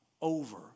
over